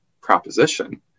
proposition